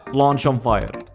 launchonfire